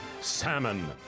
Salmon